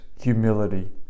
humility